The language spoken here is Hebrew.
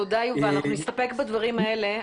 תודה, יובל, אנחנו נסתפק בדברים האלה.